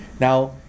Now